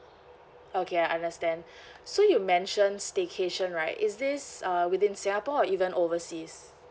okay I understand so you mentioned staycation right is this uh within singapore or even overseas